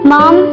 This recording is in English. Mom